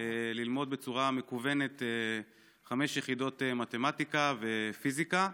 ללמוד בצורה מקוונת חמש יחידות מתמטיקה ופיזיקה,